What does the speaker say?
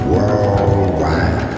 Worldwide